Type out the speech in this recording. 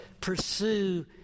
pursue